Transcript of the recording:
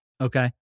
Okay